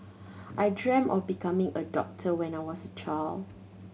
I dreamt of becoming a doctor when I was a child